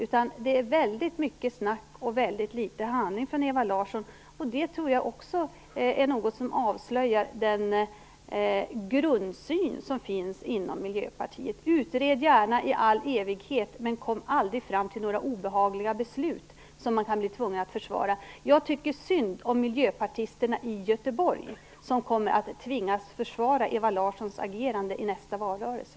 Det kommer väldigt mycket snack och väldigt litet handling från Ewa Larsson, och det tror jag också är något som avslöjar den grundsyn som finns inom Miljöpartiet: Utred gärna i all evighet, men kom aldrig fram till några obehagliga beslut, som man kan bli tvungen att försvara. Jag tycker synd om miljöpartisterna i Göteborg, som kommer att tvingas försvara Ewa Larssons agerande i nästa valrörelse.